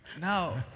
Now